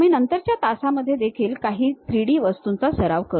आपण नंतरच्या तासामध्ये देखील काही 3D वस्तूंचा सराव करू